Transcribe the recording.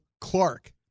Clark